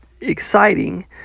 exciting